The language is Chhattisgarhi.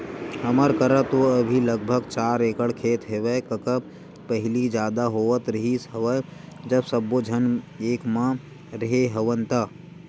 हमर करा तो अभी लगभग चार एकड़ खेत हेवय कका पहिली जादा होवत रिहिस हवय जब सब्बो झन एक म रेहे हवन ता